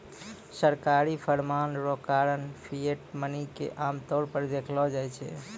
सरकारी फरमान रो कारण फिएट मनी के आमतौर पर देखलो जाय छै